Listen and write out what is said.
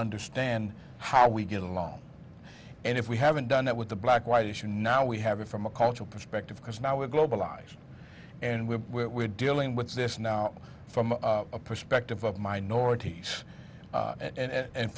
understand how we get along and if we haven't done that with the black white issue now we have it from a cultural perspective because now we're globalized and we're dealing with this now from a perspective of minorities